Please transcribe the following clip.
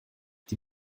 die